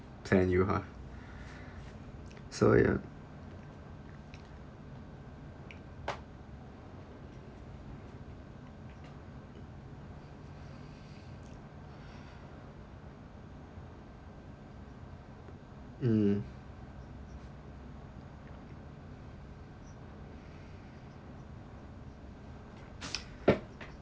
send you ha so ya mm